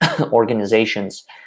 organizations